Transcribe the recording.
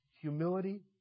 Humility